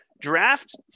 Draft